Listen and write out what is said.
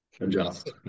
adjust